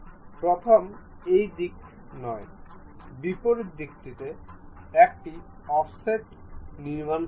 প্রথম এই দিকে নয় বিপরীত দিকটিতে একটি অফসেট নির্মাণ করুন